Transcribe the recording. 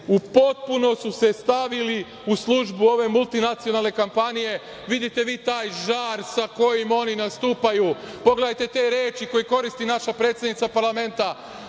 u potpuno su se stavili u službu ove multinacionalne kompanije. Vidite vi taj žar sa kojim oni nastupaju. Pogledajte te reči koje koristi naša predsednica parlamenta.